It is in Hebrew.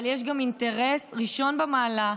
אבל יש גם אינטרס ראשון במעלה,